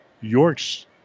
York's